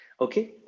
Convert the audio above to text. Okay